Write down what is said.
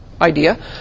idea